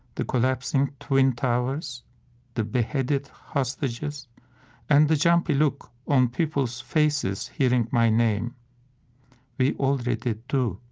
the collapsing twin towers the beheaded hostages and the jumpy look on people's faces hearing my name we already do,